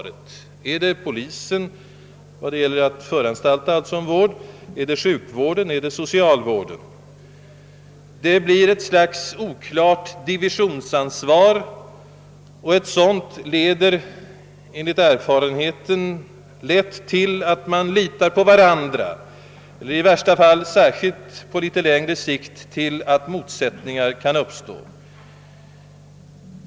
Är det t.ex. polisen när det gäller att föranstalta om vård, är det sjukvården eller socialvården som skall bedriva och fullfölja vården genom eftervård? Här uppstår ett slags oklart divisionsansvar, och ett sådant leder enligt all erfarenhet lätt till att man litar på varandra och i värsta fall, särskilt på litet längre sikt, till att motsättningar uppstår.